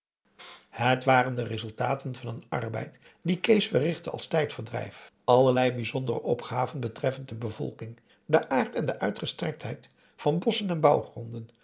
het waren de resultaten van een arbeid dien kees verrichtte als tijdverdrijf allerlei bijzondere opgaven betreffend de bevolking den aard en de uitgestrektheid van bosschen en bouwgronden